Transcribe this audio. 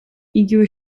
იგივე